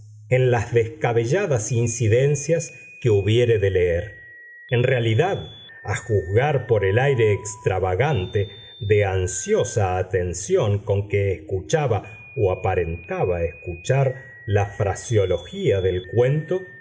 anomalías semejantes en las descabelladas incidencias que hubiere de leer en realidad a juzgar por el aire extravagante de ansiosa atención con que escuchaba o aparentaba escuchar la fraseología del cuento